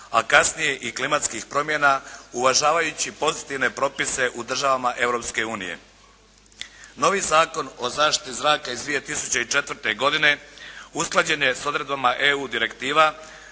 a kasnije i klimatskih promjena, uvažavajući pozitivne propise u državama Europske unije. Novi Zakon o zaštiti zraka iz 2004. godine usklađen je s odredbama EU direktiva,